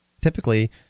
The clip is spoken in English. Typically